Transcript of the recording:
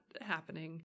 happening